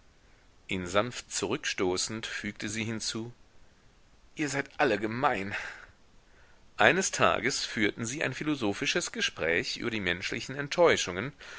ihn sanft zurückstoßend fügte sie hinzu ihr seid alle gemein eines tages führten sie ein philosophisches gespräch über die menschlichen enttäuschungen